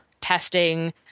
testing